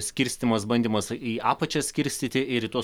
skirstymas bandymas į apačią skirstyti ir į tuos